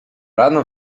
rano